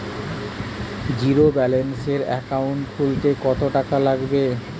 জিরোব্যেলেন্সের একাউন্ট খুলতে কত টাকা লাগবে?